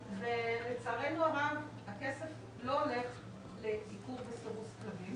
ולצערנו הרב הכסף לא הולך לעיקור וסירוס כלבים